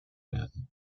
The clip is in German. werden